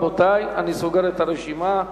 רבותי, אני סוגר את הרשימה.